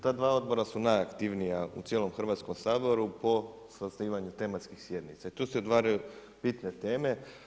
Ta dva odbora su najaktivnija u cijelom Hrvatskom saboru po sazivanju tematskih sjednica i tu se otvaraju bitne teme.